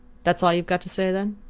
that's all you've got to say, then?